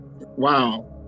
Wow